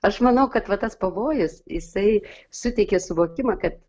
aš manau kad va tas pavojus jisai suteikė suvokimą kad